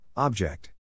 Object